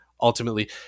ultimately